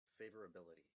favorability